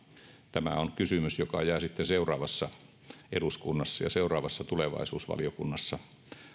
tämä on kysymys joka jää sitten seuraavassa eduskunnassa ja seuraavassa tulevaisuusvaliokunnassa